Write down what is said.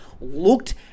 looked